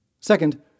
Second